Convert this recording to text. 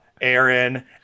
Aaron